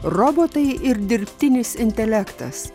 robotai ir dirbtinis intelektas